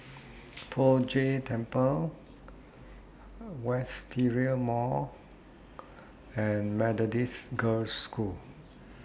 Poh Jay Temple Wisteria Mall and Methodist Girls' School